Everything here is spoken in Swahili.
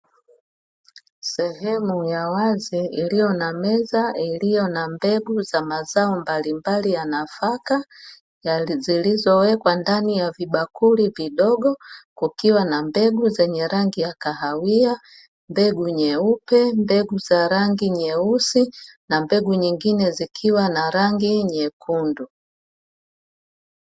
Sehemu za wazi iliyo na meza iliyo na mbegu za mazao mbalimbali ya nafaka zilizowekwa ndani ya vibakuli vidogo, kukiwa na mbegu zenye rangi ya: kahawia, mbegu nyeupe, mbegu za rangi nyeusi na mbegu nyingine zikiwa na rangi nyekundu.